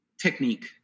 technique